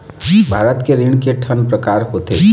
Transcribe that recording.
भारत के ऋण के ठन प्रकार होथे?